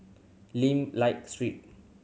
Lim Liak Street